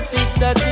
Sister